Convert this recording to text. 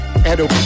edo